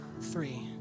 three